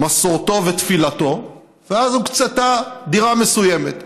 מסורתו ותפילתו, ואז הוקצתה דירה מסוימת.